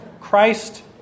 Christ